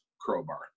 crowbar